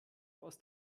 aus